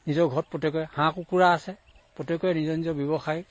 নিজৰ ঘৰত প্ৰত্যেকৰে হাঁহ কুকুৰা আছে প্ৰত্যেকৰে নিজৰ নিজৰ ব্যৱসায়